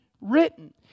written